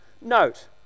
Note